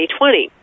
2020